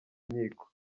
nkiko